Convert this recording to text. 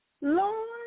Lord